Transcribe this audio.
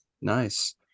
Nice